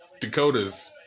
Dakota's